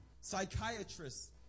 psychiatrists